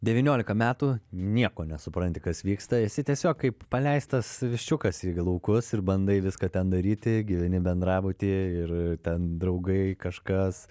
devyniolika metų nieko nesupranti kas vyksta esi tiesiog kaip paleistas viščiukas į laukus ir bandai viską ten daryti gyveni bendrabutyje ir ten draugai kažkas